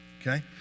Okay